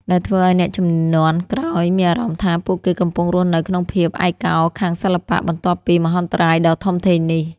ដែលធ្វើឲ្យអ្នកជំនាន់ក្រោយមានអារម្មណ៍ថា ពួកគេកំពុងរស់នៅក្នុងភាពឯកោខាងសិល្បៈ បន្ទាប់ពីមហន្តរាយដ៏ធំធេងនេះ។